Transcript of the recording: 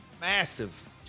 massive